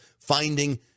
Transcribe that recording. finding